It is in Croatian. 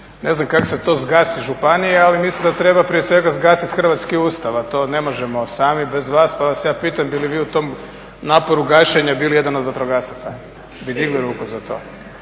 ne znam kako se to zgasi županije ali mislim da treba prije svega zgasiti hrvatski Ustav a to ne možemo sami bez vas pa vas ja pitam bi li vi u tom naporu gašenja bili jedan od vatrogasaca? Bi digli ruku za to?